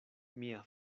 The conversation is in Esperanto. mia